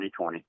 2020